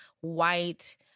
white